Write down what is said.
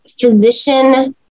physician